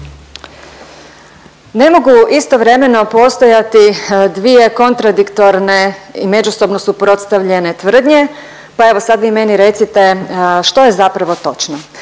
Ne mogu istovremeno postojati dvije kontradiktorne i međusobno suprotstavljene tvrdnje, pa evo sad vi meni recite što je zapravo točno.